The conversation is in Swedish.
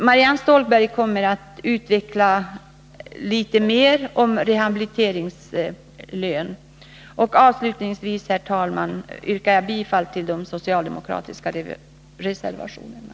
Marianne Stålberg kommer att utveckla våra synpunkter ytterligare i fråga om rehabiliteringslön. Avslutningsvis, herr talman, yrkar jag bifall till de socialdemokratiska reservationerna.